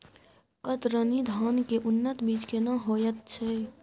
कतरनी धान के उन्नत बीज केना होयत छै?